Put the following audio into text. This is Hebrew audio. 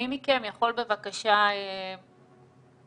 מי מכם יכול, בבקשה, להציג?